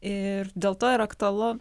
ir dėl to ir aktualu